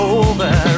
over